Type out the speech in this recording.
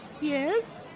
Yes